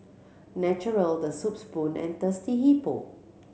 Naturel The Soup Spoon and Thirsty Hippo